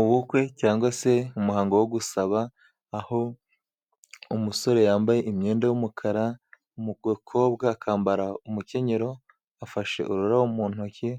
Ubukwe cyangwa se, umuhango wo gusaba, aho umusore yambaye imyenda y'umukara, umukobwa akambara umukenyero, afashe ururabo mu ntoki